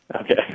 Okay